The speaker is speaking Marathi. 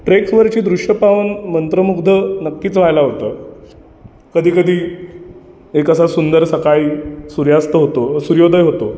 ट्रेकवरची दृश्यं पाहून मंत्रमुग्ध नक्कीच व्हायला होतं कधी कधी एक असा सुंदर सकाळी सूर्यास्त होतो सूर्योदय होतो